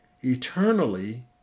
Eternally